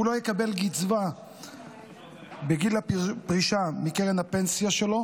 הוא לא יקבל קצבה בגיל פרישה מקרן הפנסיה שלו,